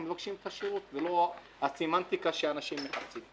אנחנו מבקשים את השירות ולא את הסמנטיקה שאנשים מחפשים.